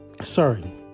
sorry